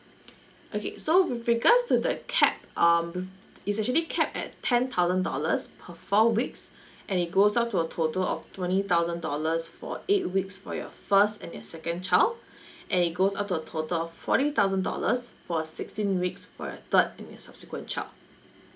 okay so with regards to that cap um it's actually capped at ten thousand dollars per four weeks and it goes up to a total of twenty thousand dollars for eight weeks for your first and your second child and it goes up to a total of forty thousand dollars for uh sixteen weeks for your third and your subsequent child